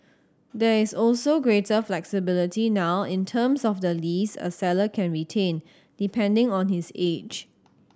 there is also greater flexibility now in terms of the lease a seller can retain depending on his age